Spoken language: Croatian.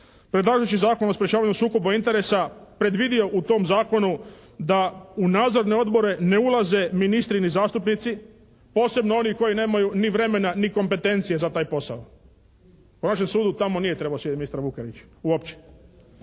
predlažući Zakon o sprječavanju sukoba interesa predvidio u tom zakonu da u Nadzorne odbore ne ulaze ministri ni zastupnici, posebno oni koji nemaju ni vremena ni kompetencije za taj posao. Po našem sudu tamo nije trebao sjediti ministar Vukelić uopće.